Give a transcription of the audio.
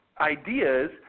ideas